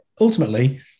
Ultimately